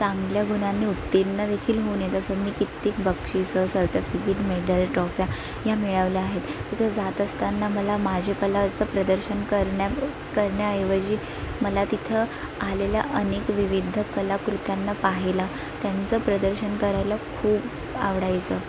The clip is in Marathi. चांगल्या गुणांनी उत्तीर्ण देखील होऊन येत असत मी कित्येक बक्षीसं सर्टिफिकेट मेडल ट्रॉफ्या ह्या मिळावल्या आहेत तिथं जात असताना मला माझे कलेचं प्रदर्शन करण्या करण्याऐवजी मला तिथं आलेल्या अनेक विविध कलाकृतींना पाहायला त्यांचं प्रदर्शन करायला खूप आवडायचं